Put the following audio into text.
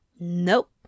Nope